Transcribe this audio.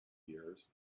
years